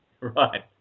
Right